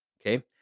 Okay